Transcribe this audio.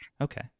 okay